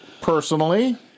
personally